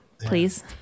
please